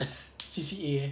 C_C_A eh